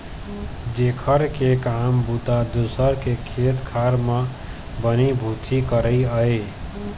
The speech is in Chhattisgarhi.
जेखर के काम बूता दूसर के खेत खार म बनी भूथी करई आय